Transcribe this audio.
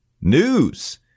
news